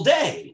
day